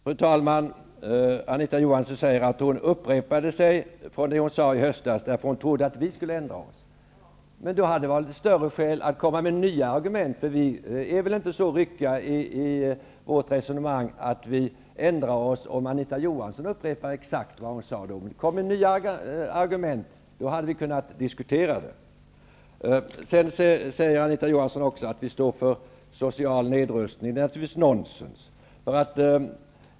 Fru talman! Anita Johansson säger att hon upprepade det hon sade i höstas därför att hon trodde att vi skulle ändra oss. Då hade hon haft större skäl att komma med nya argument. Vi är inte så ryckiga i vårt resonemang att vi ändrar oss om Anita Johansson upprepar sig. Hade hon kommit med nya argument, hade vi kunnat diskutera dem. Vidare säger Anita Johansson att vi står för social nedrustning. Det är naturligtvis nonsens.